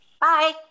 Bye